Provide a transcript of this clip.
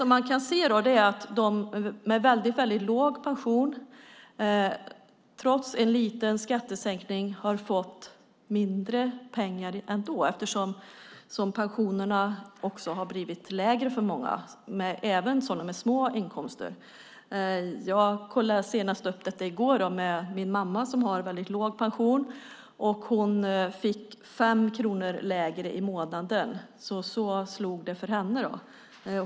Man kan se att de som har mycket låg pension trots en liten skattesänkning har fått mindre pengar eftersom pensionerna har blivit lägre för många. Det gäller även pensionärer med små inkomster. Jag kontrollerade detta senast i går med min mamma som har en mycket låg pension. Hon fick 5 kronor mindre i pension per månad. Så slog det för henne.